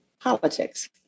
politics